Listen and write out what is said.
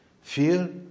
Fear